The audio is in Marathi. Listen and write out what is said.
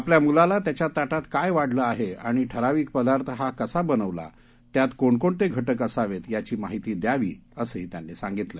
आपल्या मुलाला त्याच्या ताटात काय वाढलं आहे आणि ठराविक पदार्थ हा कसा बनवला आणि त्यात कोणकोणते घटक असावेत याची माहिती द्यावी असंही त्यांनी सांगितलं